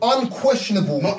Unquestionable